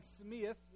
Smith